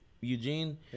Eugene